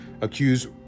accused